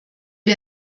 wir